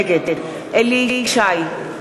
נגד אליהו ישי,